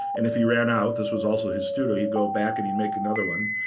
and if he ran out, this was also his studio, he'd go back and he'd make another one.